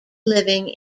living